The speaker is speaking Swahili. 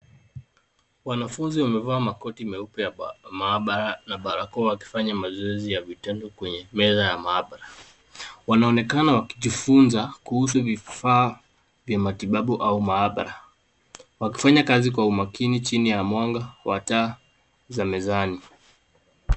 Wanafunzi wamevaa makoti meupe ya maabara na barakoa wakifanya mazoezi ya vitendo kwenye meza ya maabara. Wanaonekana wakijifunza kuhusu vifaa vya matibabu au maabara, wakifanya kazi kwa makini chini ya taa za mezani.